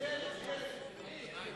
הבראה בשירות הציבורי בשנים 2009 ו-2010 (הוראת שעה),